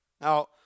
Now